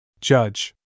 Judge